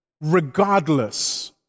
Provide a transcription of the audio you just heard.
regardless